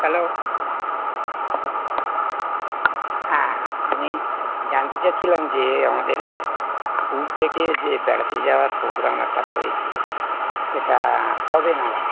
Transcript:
hello হ্যাঁ আমি জানতে চাইছিলাম যে আমাদের এ স্কুল থেকে যে বেড়াতে যাওয়ার পোগ্রাম একটা হয়েছে সেটা কবে নাগাদ